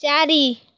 ଚାର